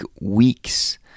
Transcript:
weeks